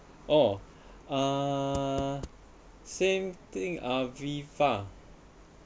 orh uh same thing Aviva